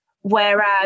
whereas